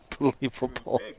unbelievable